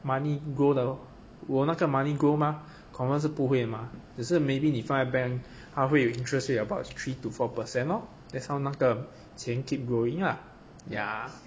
money grow 的我那个 money grow mah confirm 是不会吗至是 maybe 你放在 bank 他会有 interest rate about three to four percent lor that is how 那个钱 keep growing lah ya